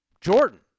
Jordan